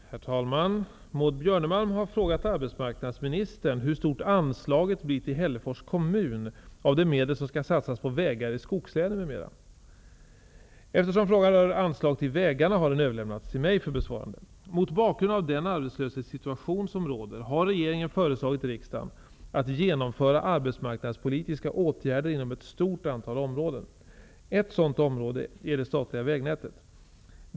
Herr talman! Maud Björnemalm har frågat arbetsmarknadsministern hur stort anslaget blir till Hällefors kommun av de medel som skall satsas på vägar i skogslänen m.m. Eftersom frågan rör anslag till vägarna har den överlämnats till mig för besvarande. Mot bakgrund av den arbetslöshetssituation som råder har regeringen föreslagit riksdagen att genomföra arbetsmarknadspolitiska åtgärder inom ett stort antal områden. Ett sådant område är det statliga vägnätet.